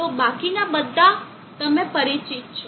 તો બાકીના બધા તમે પરિચિત છો